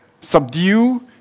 Subdue